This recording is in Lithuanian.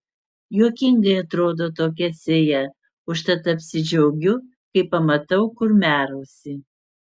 juokingai atrodo tokia sėja užtat apsidžiaugiu kai pamatau kurmiarausį